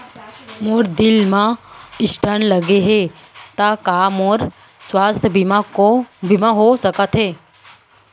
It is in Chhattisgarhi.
मोर दिल मा स्टन्ट लगे हे ता का मोर स्वास्थ बीमा हो सकत हे?